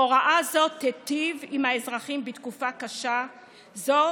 הוראה זו תיטיב עם האזרחים בתקופה קשה זו,